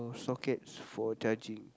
sockets for charging